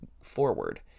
forward